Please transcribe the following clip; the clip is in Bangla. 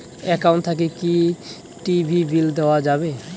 একাউন্ট থাকি কি টি.ভি বিল দেওয়া যাবে?